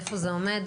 איפה זה עומד?